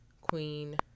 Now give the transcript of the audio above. Queen